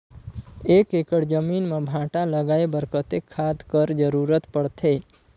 एक एकड़ जमीन म भांटा लगाय बर कतेक खाद कर जरूरत पड़थे?